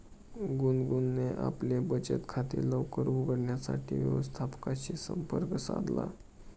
गुनगुनने आपले बचत खाते लवकर उघडण्यासाठी व्यवस्थापकाशी संपर्क साधला